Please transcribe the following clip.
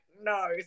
no